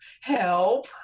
help